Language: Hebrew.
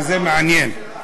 וזה מעניין,